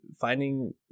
finding